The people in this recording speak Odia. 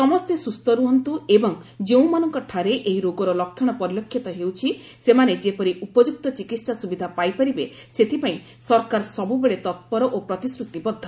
ସମସ୍ତେ ସୁସ୍ଥ ରୁହନ୍ତୁ ଏବଂ ଯେଉଁମାନଙ୍କଠାରେ ଏହି ରୋଗର ଲକ୍ଷ୍ୟଣ ପରିଲକ୍ଷିତ ହେଉଛି ସେମାନେ ଯେପରି ଉପଯୁକ୍ତ ଚିକିତ୍ସା ସୁବିଧା ପାଇପାରିବେ ସେଥିପାଇଁ ସରକାର ସବୁବେଳେ ତତ୍ପର ଓ ପ୍ରତିଶ୍ରତିବଦ୍ଧ